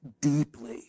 deeply